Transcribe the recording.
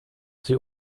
sie